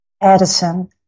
Addison